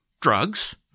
drugs